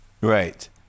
Right